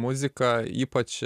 muzika ypač